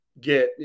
get